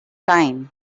time